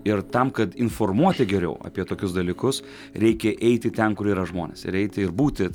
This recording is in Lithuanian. ir tam kad informuoti geriau apie tokius dalykus reikia eiti ten kur yra žmonės ir eiti ir būti